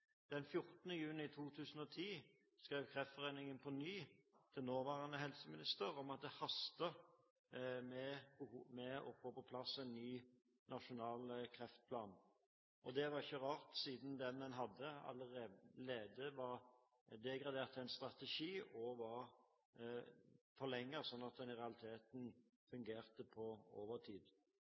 juni 2010 skrev Kreftforeningen på ny til nåværende helseminister om at det hastet med å få på plass en ny nasjonal kreftplan. Det var ikke rart, siden den en hadde, allerede var degradert til en strategi og var forlenget, sånn at den i realiteten fungerte på